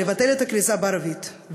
לבטל את הכריזה בערבית,